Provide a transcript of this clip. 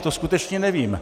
To skutečně nevím.